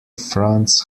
franz